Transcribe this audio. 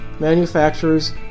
manufacturers